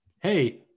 hey